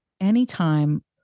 anytime